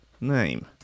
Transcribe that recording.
Name